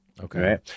Okay